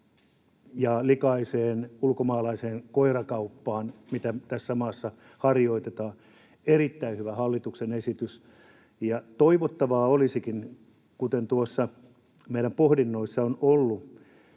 ja likaiseen ulkomaalaiseen koirakauppaan, mitä tässä maassa harjoitetaan. Erittäin hyvä hallituksen esitys, ja toivottavaa olisikin, kuten tuossa meidän pohdinnoissa on ollut,